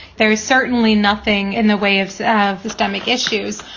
there is certainly nothing in the waves of systemic issues.